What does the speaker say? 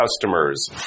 customers